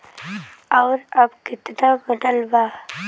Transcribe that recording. और अब कितना बनल बा?